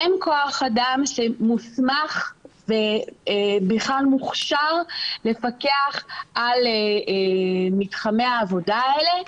אין כוח אדם שמוסמך ובכלל מוכשר לפקח על מתחמי העבודה האלה.